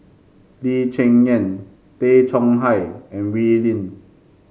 Lee Cheng Yan Tay Chong Hai and Wee Lin